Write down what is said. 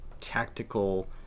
tactical